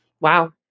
wow